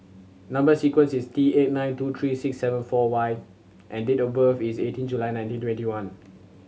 number sequence is T eight nine two three six seven four Y and date of birth is eighteen July nineteen twenty one